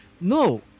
No